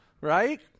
right